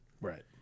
Right